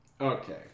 Okay